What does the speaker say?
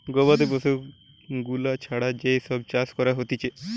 গবাদি পশু গুলা ছাড়া যেই সব চাষ করা হতিছে